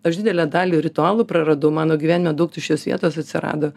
aš didelę dalį ritualų praradau mano gyvenime daug tuščios vietos atsirado